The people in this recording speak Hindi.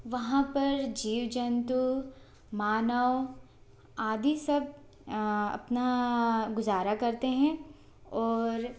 वहाँ पर जीव जंतु मानव आदि सब अपना गुज़ारा करते हैं और